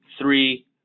three